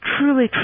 truly